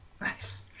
nice